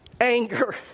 Anger